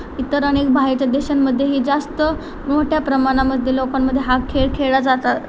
इतर अनेक बाहेरच्या देशांमध्येही जास्त मोठ्या प्रमाणामध्ये लोकांमध्ये हा खेळ खेळला जाता